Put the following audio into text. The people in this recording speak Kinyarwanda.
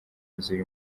z’uyu